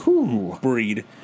breed